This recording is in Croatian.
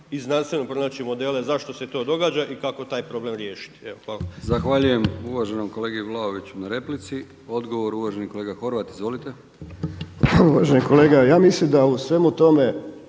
i znanstveno pronaći modele zašto se to događa i kako taj problem riješiti. Hvala. **Brkić, Milijan (HDZ)** Zahvaljujem uvaženom kolegi Vlaoviću na replici. Odgovor, uvaženi kolega Horvat. Izvolite. **Horvat, Mile (SDSS)** Uvaženi kolega, ja mislim da u svemu tome